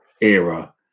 era